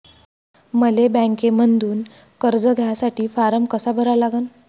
मले बँकेमंधून कर्ज घ्यासाठी फारम कसा भरा लागन?